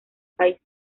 país